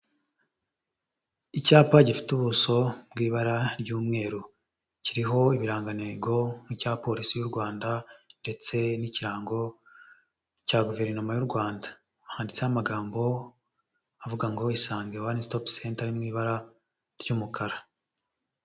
Icyapa gifite ubuso bw'ibara ry'umweru, kiriho ibirangantego nk'icya polisi y'u Rwanda ndetse n'ikirango cya guverinoma y'u Rwanda. Handitseho amagambo avuga ngo: "Isange One Stop Center" ari mu ibara ry'umukara.